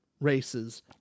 races